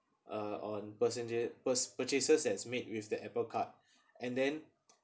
uh on passenger pur~ purchases as made with the Apple card and then